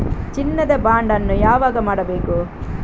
ಚಿನ್ನ ದ ಬಾಂಡ್ ಅನ್ನು ಯಾವಾಗ ಮಾಡಬೇಕು?